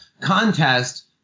contest